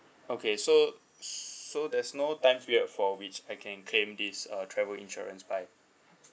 okay so so there's no time period for which I can claim this uh travel insurance by